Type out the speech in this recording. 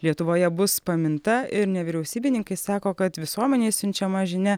lietuvoje bus paminta ir nevyriausybininkai sako kad visuomenei siunčiama žinia